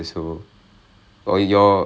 oh who sia will I know